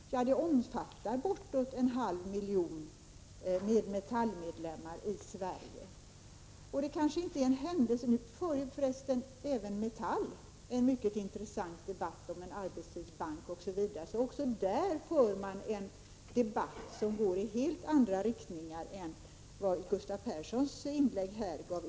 Det avtalet omfattar bortåt en halv miljon Metallmedlemmar i Sverige. Det kanske inte är en händelse, men nu förs också inom Metall en mycket intressant debatt om arbetstidsbank osv. Också där förs en debatt som går i helt andra riktningar än Gustav Perssons inlägg gjorde.